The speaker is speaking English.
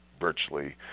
virtually